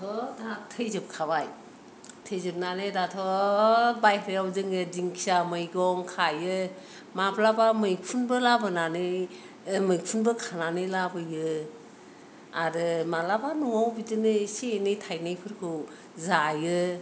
थैजोबखाबाय थैजोबनानै दाथ' बायहेरायाव जोङो दिंखिया मैगं खायो माब्लाबा मैखुनबो लाबोनानै मैखुनबो खानानै लाबोयो आरो मालाबा न'आव बिदिनो एसे एनै थायनायफोरखौ जायो